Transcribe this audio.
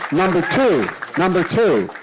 number two number two,